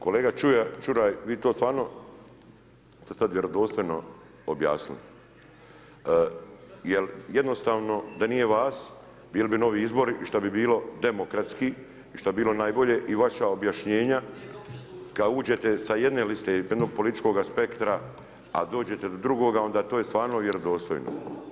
Kolega Čuraj vi to stvarno ste sada vjerodostojno objasnili jel jednostavno da nije vas bili bi novi izbori i šta bi bilo demokratski i šta bi bilo najbolje i vaša objašnjenja kada uđete sa jedne liste iz jednog političkoga spektra, a dođete do drugog onda je to stvarno vjerodostojno.